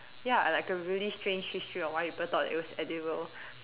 ya like a really strange history of why people thought it was edible